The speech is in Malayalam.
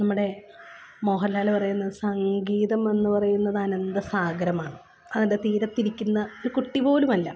നമ്മടെ മോഹൻ ലാല് പറയുന്നത് സംഗീതമെന്ന് പറയുന്നതനന്ത സാഗരമാണ് അതിൻ്റെ തീരത്തിരിക്കുന്ന ഒരു കുട്ടി പോലുമല്ല